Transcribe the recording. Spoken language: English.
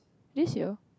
this year